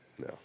no